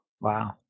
Wow